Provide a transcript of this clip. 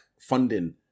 funding